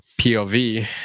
pov